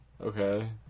Okay